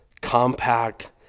compact